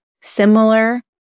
similar